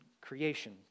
creation